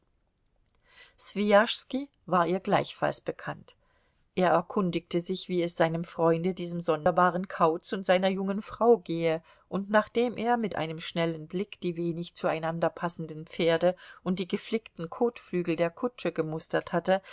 war ihr gleichfalls bekannt er erkundigte sich wie es seinem freunde diesem sonderbaren kauz und seiner jungen frau gehe und nachdem er mit einem schnellen blick die wenig zueinander passenden pferde und die geflickten kotflügel der kutsche gemustert hatte